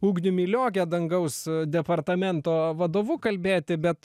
ugniumi lioge dangaus departamento vadovu kalbėti bet